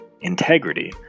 integrity